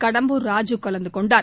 கடம்பூர் ராஜு கலந்து கொண்டார்